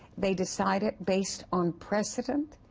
they decide it based on precedent,